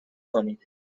کنید